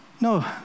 No